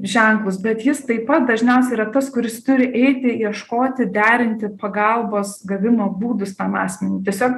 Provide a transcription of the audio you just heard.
ženklus bet jis taip pat dažniausiai yra tas kuris turi eiti ieškoti derinti pagalbos gavimo būdus tam asmeniui tiesiog